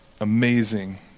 amazing